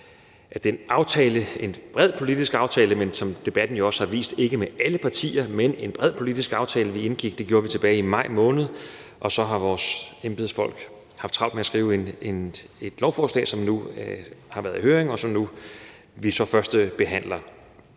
af en bred politisk aftale, men som debatten jo også har vist, omfatter den ikke alle partier, og den indgik vi tilbage i maj måned. Og så har vores embedsfolk haft travlt med at skrive et lovforslag, som nu har været i høring, og som vi nu førstebehandler.